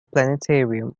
planetarium